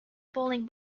bowling